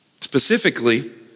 Specifically